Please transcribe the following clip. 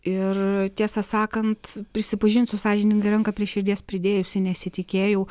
ir tiesą sakant prisipažinsiu sąžiningai ranką prie širdies pridėjusi nesitikėjau